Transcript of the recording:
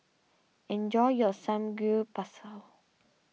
enjoy your Samgyeopsal